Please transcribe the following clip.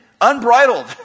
unbridled